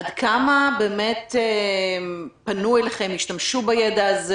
עד כמה השתמשו בכם, פנו אליכם, השתמשו בידע הזה?